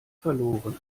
verloren